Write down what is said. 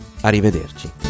arrivederci